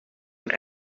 een